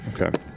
Okay